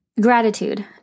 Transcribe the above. Gratitude